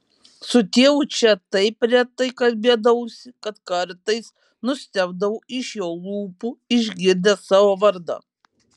su tėvu čia taip retai kalbėdavausi kad kartais nustebdavau iš jo lūpų išgirdęs savo vardą